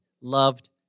loved